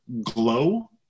Glow